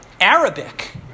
Arabic